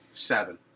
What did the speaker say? Seven